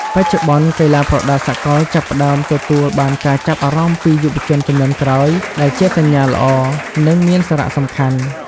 បច្ចុប្បន្ន កីឡាប្រដាល់សកលចាប់ផ្តើមទទួលបានការចាប់អារម្មណ៍ពីយុវជនជំនាន់ក្រោយ ដែលជាសញ្ញាល្អ និងមានសារៈសំខាន់។